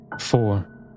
four